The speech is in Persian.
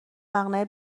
مقنعه